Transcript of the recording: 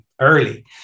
early